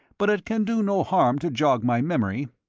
but it can do no harm to jog my memory.